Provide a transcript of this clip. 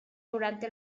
durante